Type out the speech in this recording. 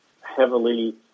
heavily